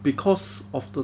because of the